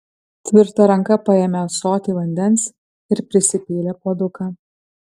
tvirta ranka paėmė ąsotį vandens ir prisipylė puoduką